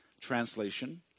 translation